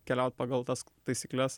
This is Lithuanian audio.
keliaut pagal tas taisykles